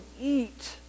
eat